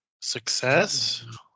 Success